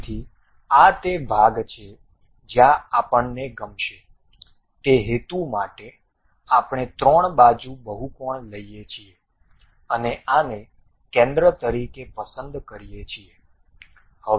તેથી આ તે ભાગ છે જ્યાં આપણને ગમશે તે હેતુ માટે આપણે 3 બાજુ બહુકોણ લઈએ છીએ અને આને કેન્દ્ર તરીકે પસંદ કરીએ છીએ